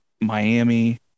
Miami